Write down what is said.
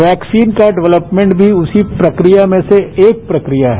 vaccine का development भी उसी प्रक्रिया में से एक प्रक्रिया है